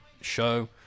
show